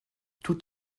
toutes